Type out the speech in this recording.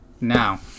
now